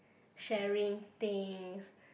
sharing things